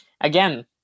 again